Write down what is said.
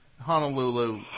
Honolulu